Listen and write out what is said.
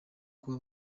kuba